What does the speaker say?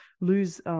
lose